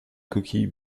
coquille